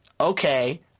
okay